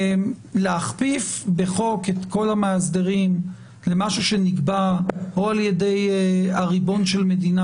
להכפיף בחוק את כל המאסדרים למשהו שנקבע או על-ידי הריבון של מדינה